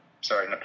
sorry